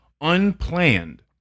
unplanned